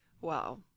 wow